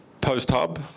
post-hub